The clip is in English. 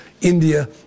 India